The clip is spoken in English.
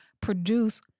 produce